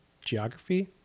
geography